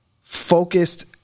focused